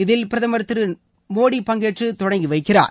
இதில் பிரதமர் திரு நரேந்திர மோடி பங்கேற்று தொடங்கி வைக்கிறார்